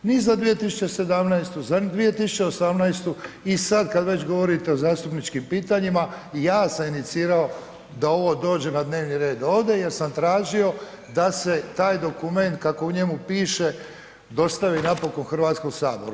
Ni za 2017., za 2018. i sad kad već govorite o zastupničkim pitanjima ja sam inicirao da ovo dođe na dnevni red ovde jer sam tražio da se taj dokument kako u njemu piše dostavi napokon Hrvatskom saboru.